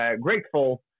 grateful